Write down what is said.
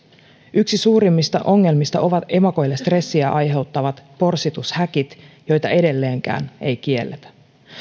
yksi suurimmista ongelmista on emakoille stressiä aiheuttavat porsitushäkit joita ei edelleenkään kielletä